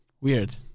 weird